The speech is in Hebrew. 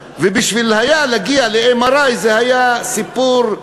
ולהגיע ל-MRI זה היה סיפור,